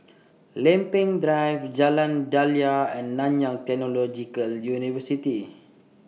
Lempeng Drive Jalan Daliah and Nanyang Technological University